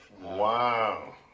Wow